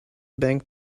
bank